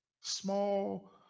Small